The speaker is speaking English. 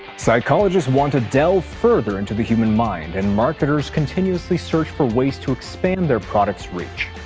psychologists want to delve further into the human mind, and marketers continuously search for ways to expand their products' reach.